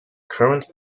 current